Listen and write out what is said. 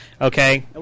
Okay